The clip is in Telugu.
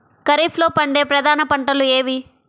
ఖరీఫ్లో పండే ప్రధాన పంటలు ఏవి?